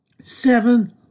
seven